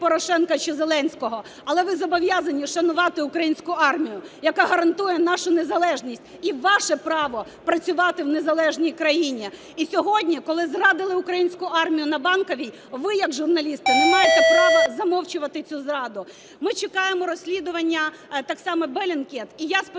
Порошенка чи Зеленського, але ви зобов'язані шанувати українську армію, яка гарантує нашу незалежність і ваше право працювати в незалежній країні. І сьогодні, коли зрадили українську армію на Банковій, ви як журналісти не маєте права замовчувати цю зраду. Ми чекаємо розслідування так само